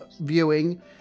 viewing